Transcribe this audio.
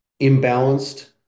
imbalanced